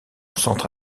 centre